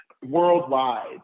worldwide